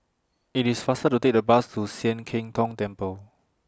IT IS faster to Take The Bus to Sian Keng Tong Temple